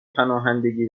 پناهندگی